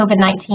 COVID-19